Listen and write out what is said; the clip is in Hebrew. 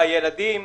הילדים,